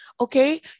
Okay